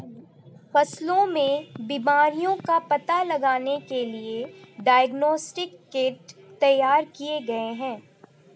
फसलों में बीमारियों का पता लगाने के लिए डायग्नोस्टिक किट तैयार किए गए हैं